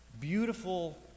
beautiful